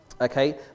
Okay